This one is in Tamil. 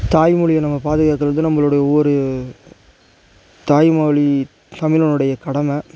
தாய்மொழியை நம்ம பாதுகாக்கிறது வந்து நம்மளுடைய ஒவ்வொரு தாய்மொழி தமிழனுடைய கடமை